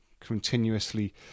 continuously